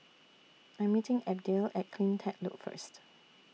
I Am meeting Abdiel At CleanTech Loop First